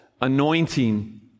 anointing